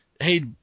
hey